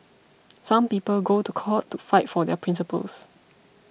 some people go to court to fight for their principles